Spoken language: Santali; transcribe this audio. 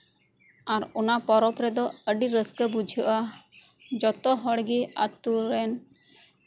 ᱟᱨ ᱚᱱᱟ ᱯᱚᱨᱚᱵ ᱨᱮᱫᱚ ᱟᱹᱰᱤ ᱨᱟᱹᱥᱠᱟᱹ ᱵᱩᱡᱷᱟᱹᱼᱟ ᱡᱚᱛᱚ ᱦᱚᱲ ᱜᱮ ᱟᱹᱛᱳ ᱨᱮᱱ